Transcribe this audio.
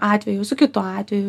atveju su kitu atveju